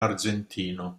argentino